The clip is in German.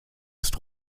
ist